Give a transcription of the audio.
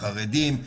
חרדים.